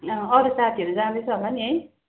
अँ अरू साथीहरू जाँदैछ होला नि है